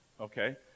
Okay